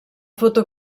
foto